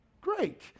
Great